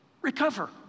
recover